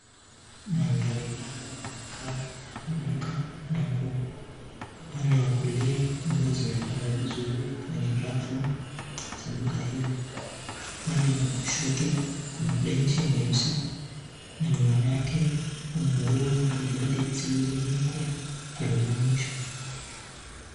Mandhari haya yanakaa ya duka la nguo. Upande wa kulia nguo zimepangwa vizuri kwenye rafu za duka hili. Upande wa kushoto, kuna benchi nyeusi na nyuma yake kuna nguo maridadi zilizoanikwa kwenye onyesho.